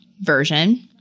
version